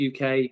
UK